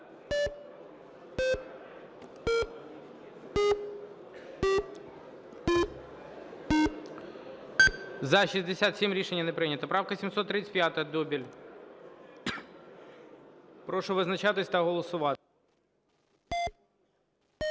За-67 Рішення не прийнято. Правка 735-а, Дубіль. Прошу визначатись та голосувати.